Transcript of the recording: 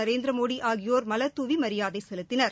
நரேந்திரமோடி ஆகியோர் மலர் துவி மரியாதை செலுத்தினர்